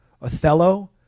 Othello